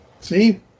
See